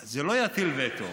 זה לא יטיל וטו.